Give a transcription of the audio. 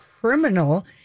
criminal